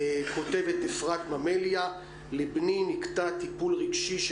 כותבת אפרת ממליה: לבני נקטע טיפול רגשי שהוא